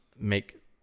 make